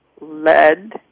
lead